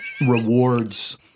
rewards